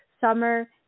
summer